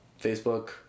Facebook